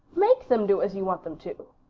make them do as you want them to,